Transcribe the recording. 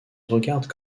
regarde